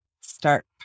start